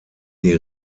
die